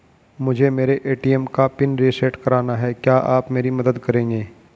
मुझे मेरे ए.टी.एम का पिन रीसेट कराना है क्या आप मेरी मदद करेंगे?